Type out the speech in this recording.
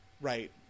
right